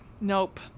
Nope